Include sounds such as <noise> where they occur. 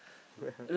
<breath> yeah